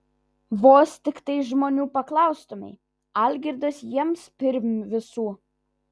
vos tiktai žmonių paklaustumei algirdas jiems pirm visų